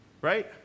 right